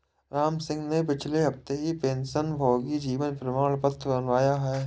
रामसिंह ने पिछले हफ्ते ही पेंशनभोगी जीवन प्रमाण पत्र बनवाया है